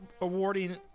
awarding